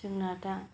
जोंना दा